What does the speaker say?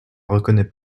reconnait